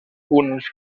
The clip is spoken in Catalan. uns